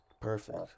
Perfect